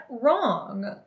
wrong